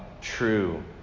True